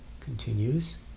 continues